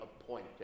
appointed